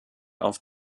auf